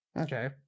Okay